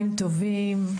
צוהריים טובים,